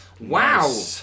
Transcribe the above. Wow